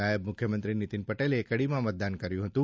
નાયબ મુખ્યમંત્રી નિતીનભાઇ પટેલે કડીમાં મતદાન કર્યું હતું